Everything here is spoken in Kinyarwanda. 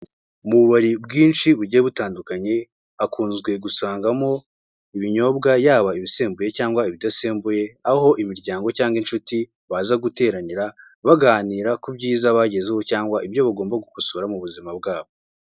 Mu bubari bwinshi bugiye butandukanye, hakunzwe gusangamo ibinyobwa, yaba ibisembuya cyangwa ibidasembuye, aho imiryango cyangwa inshuti baza guteranira, baganira ku byiza bagezeho cyangwa ibyo bagomba gukosora mu buzima bwabo.